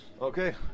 Okay